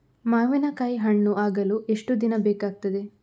ಮಾವಿನಕಾಯಿ ಹಣ್ಣು ಆಗಲು ಎಷ್ಟು ದಿನ ಬೇಕಗ್ತಾದೆ?